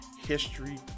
history